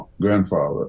grandfather